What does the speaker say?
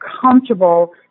comfortable